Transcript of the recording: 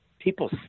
people